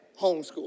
homeschool